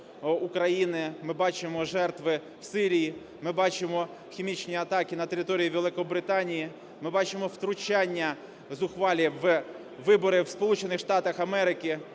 Ми бачимо жертви в Сирії, ми бачимо хімічні атаки на території Великобританії, ми бачимо втручання зухвалі у вибори в